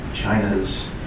China's